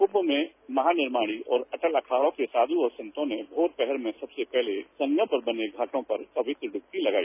कुंच में महानिर्माणी और अटल अखाड़ों के साध् और संतों ने भोर पहर में सबसे पहले संगम पर बने घाटों पर पवित्र ड्वकी लगाई